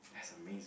that's amazing